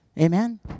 Amen